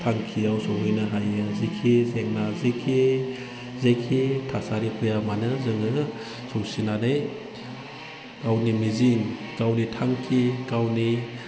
थांखियाव सहैनो हायो जिखि जेंना जिखि थासारि फैया मानो जोङो सौसिनानै गावनि मिजिं गावनि थांखि गावनि